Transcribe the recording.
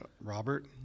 Robert